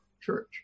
Church